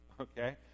okay